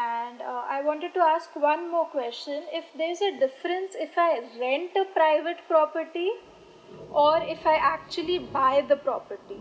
and uh I wanted to ask one more question if there's a difference if I rent the private property or if I actually buy the property